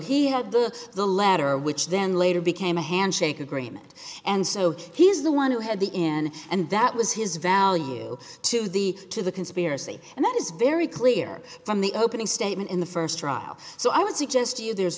he had the latter which then later became a handshake agreement and so he is the one who had the in and that was his value to the to the conspiracy and that is very clear from the opening statement in the first trial so i would suggest to you there's